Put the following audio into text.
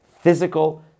physical